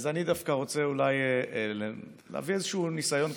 אז אני דווקא רוצה אולי להביא איזשהו ניסיון קצר,